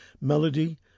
melody